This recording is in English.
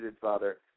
Father